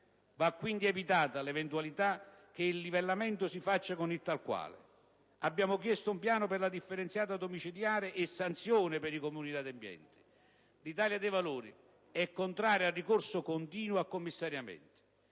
Va quindi vietata l'eventualità che il livellamento si faccia con il tal quale. Abbiamo chiesto un piano per la differenziata domiciliare e sanzioni per i Comuni inadempienti. L'Italia dei Valori è contraria al ricorso continuo a commissariamenti,